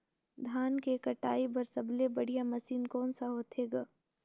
धान के कटाई बर सबले बढ़िया मशीन कोन सा होथे ग?